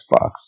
Xbox